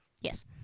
Yes